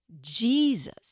Jesus